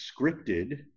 scripted